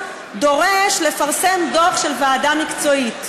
דורש לפרסם דוח של ועדה מקצועית.